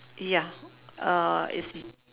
ya uh it's